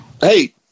hey